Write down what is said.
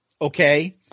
Okay